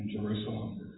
Jerusalem